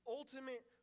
ultimate